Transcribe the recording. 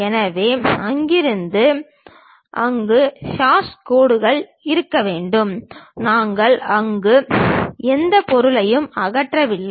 எனவே அங்கிருந்து அங்கு ஹாஷ் கோடுகள் இருக்க வேண்டும் நாங்கள் அங்கு எந்த பொருளையும் அகற்றவில்லை